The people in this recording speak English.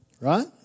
Right